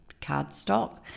cardstock